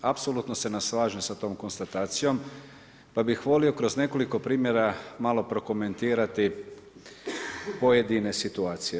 Apsolutno se ne slažem sa tom konstatacijom pa bih volio kroz nekoliko primjera malo prokomentirati pojedine situacije.